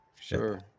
sure